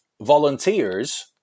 volunteers